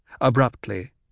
Abruptly